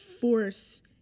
force